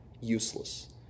Useless